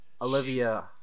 Olivia